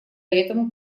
этому